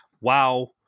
wow